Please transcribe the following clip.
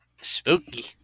Spooky